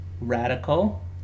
radical